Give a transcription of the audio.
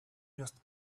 just